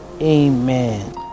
Amen